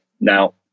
Now